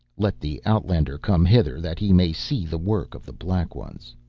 let the outlander come hither that he may see the work of the black ones.